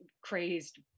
crazed